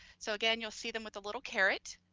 so again, you'll see them with a little caret.